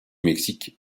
mexique